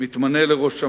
מתמנה לראש אמ"ן,